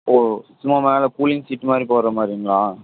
ஓ சும்மா மேலே cooling seat மாதிரி போடுற மாரிங்களா